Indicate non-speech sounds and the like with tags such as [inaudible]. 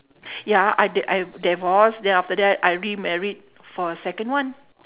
[breath] ya I d~ I divorce and then after that I remarried for a second one